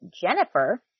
Jennifer